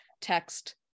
text